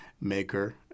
maker